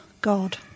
God